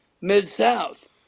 mid-south